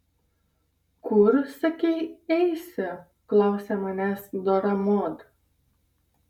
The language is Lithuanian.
kur sakei eisi klausia manęs dora mod